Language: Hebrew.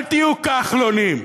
אל תהיו כחלונים,